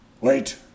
Wait